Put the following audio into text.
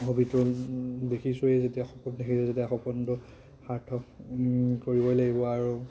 হবিটো দেখিছোৱে যেতিয়া সপোন দেখিছোৱে যেতিয়া সপোনটো সাৰ্থক কৰিবই লাগিব আৰু